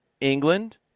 England